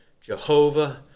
Jehovah